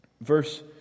Verse